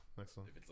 excellent